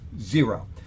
Zero